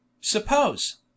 Suppose